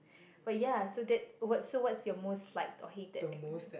but ya so that what's so what's your most liked or hated acronym